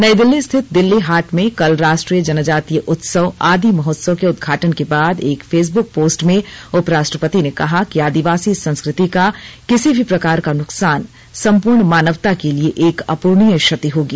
नई दिल्ली स्थित दिल्ली हाट में कल राष्ट्रीय जनजातीय उत्सव आदि महोत्सव के उद्घाटन के बाद एक फेसबुक पोस्ट में उपराष्ट्रपति ने कहा कि आदिवासी संस्कृति का किसी भी प्रकार का नुकसान संपूर्ण मानवता के लिए एक अपूरणीय क्षति होगी